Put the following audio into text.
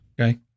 Okay